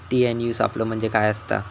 TNAU सापलो म्हणजे काय असतां?